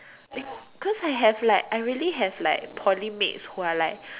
because I have like I really have like Poly mates who are like